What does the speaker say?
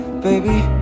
baby